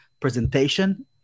presentation